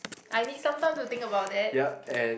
I need sometime to think about it